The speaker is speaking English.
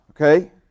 okay